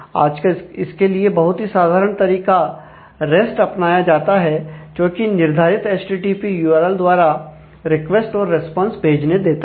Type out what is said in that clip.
आजकल इसके लिए बहुत ही साधारण तरीका रेस्ट अपनाया जाता है जोकि निर्धारित एचटीटीपी यूआरएल द्वारा रिक्वेस्ट और रिस्पांस भेजने देता है